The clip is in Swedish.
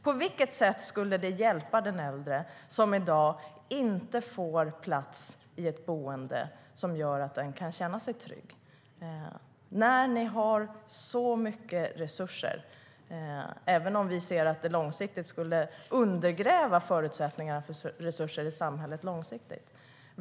På vilket sätt skulle det hjälpa den äldre som i dag inte får plats i ett boende som gör att den kan känna sig trygg? Ni har så mycket resurser, även om vi ser att det långsiktigt skulle undergräva förutsättningarna för resurser i samhället.